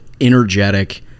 energetic